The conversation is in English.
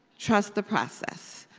trust the process.